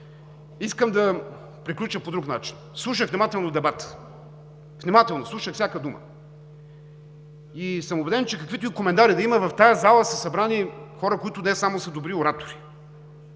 Искам да приключа по друг начин. Слушах внимателно дебата, внимателно слушах всяка дума и съм убеден, че каквито и коментари да има, в тази зала са събрани хора, които не само са добри оратори,